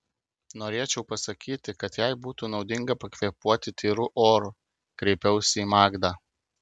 norėčiau pasakyti kad jai būtų naudinga pakvėpuoti tyru oru kreipiausi į magdą